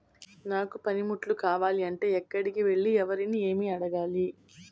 నాకు పనిముట్లు కావాలి అంటే ఎక్కడికి వెళ్లి ఎవరిని ఏమి అడగాలి?